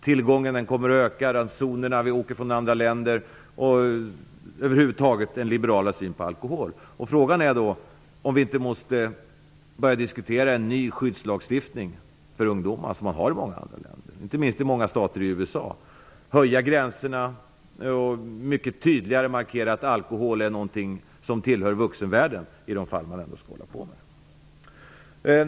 Tillgången kommer att öka. Ransonerna för dem som kommer hitresande från andra länder kommer att höjas, och det blir över huvud taget en liberalare syn på alkoholen. Frågan är om vi inte måste börja diskutera en ny skyddslagstiftning för ungdomar, på det sätt som man har i många andra länder, inte minst i många stater i USA, höja gränserna och mycket tydligare markera att alkohol, i de fall där man skall nyttja den, är något som tillhör vuxenvärlden.